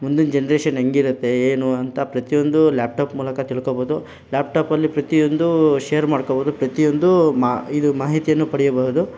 ಮುಂದಿನ ಜನ್ರೇಷನ್ ಹೆಂಗೆ ಇರುತ್ತೆ ಏನು ಅಂತ ಪ್ರತಿಯೊಂದು ಲ್ಯಾಪ್ಟಾಪ್ ಮೂಲಕ ತಿಳ್ಕೋಬೋದು ಲ್ಯಾಪ್ಟಾಪಲ್ಲಿ ಪ್ರತಿಯೊಂದೂ ಶೇರ್ ಮಾಡ್ಕೊಬೋದು ಪ್ರತಿಯೊಂದೂ ಇದು ಮಾಹಿತಿಯನ್ನು ಪಡಿಯಬಹುದು